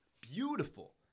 Beautiful